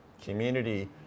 Community